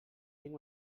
tinc